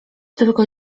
tylko